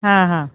हां हां